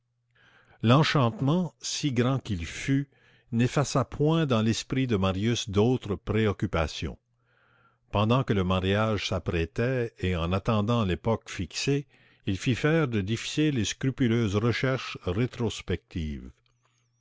l'enchantement si grand qu'il fût n'effaça point dans l'esprit de marius d'autres préoccupations pendant que le mariage s'apprêtait et en attendant l'époque fixée il fit faire de difficiles et scrupuleuses recherches rétrospectives